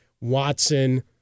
Watson